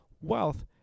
wealth